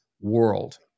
world